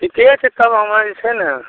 ठीके छै तब हमे जे छै ने